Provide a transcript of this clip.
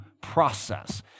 process